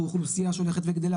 אנחנו אוכלוסייה שהולכת וגדלה,